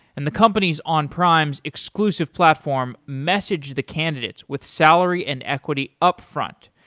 and the companies on prime's exclusive platform message the candidates with salary and equity upfront.